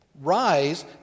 rise